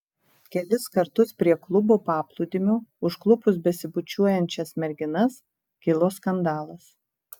kelis kartus prie klubo paplūdimio užklupus besibučiuojančias merginas kilo skandalas